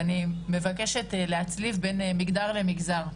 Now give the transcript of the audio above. ואני מבקשת להצליב בין מגדר למגזר.